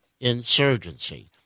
insurgency